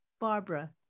Barbara